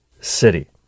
city